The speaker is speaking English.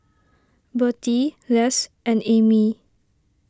Bertie Les and Amie